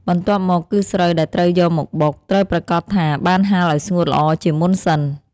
បន្ទាប់មកគឺស្រូវដែលត្រូវយកមកបុក ត្រូវប្រាកដថាបានហាលឱ្យស្ងួតល្អជាមុនសិន។